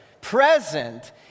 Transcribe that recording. present